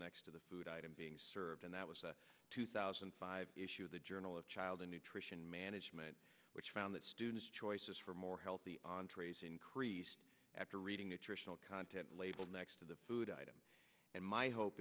next to the food item being served and that was a two thousand and five issue of the journal of child nutrition management which found that students choices for more healthy entrees increased after reading nutritional content label next to the food items and my hope